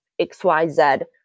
XYZ